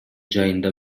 жайында